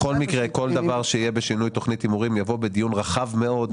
בכל מקרה כל דבר שיהיה בשינוי תוכנית הימורים יבוא בדיון רחב מאוד,